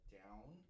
down